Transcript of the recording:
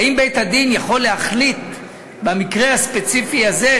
האם בית-הדין יכול להחליט במקרה הספציפי הזה,